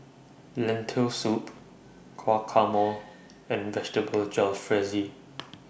Lentil Soup Guacamole and Vegetable Jalfrezi